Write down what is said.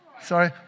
Sorry